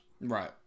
Right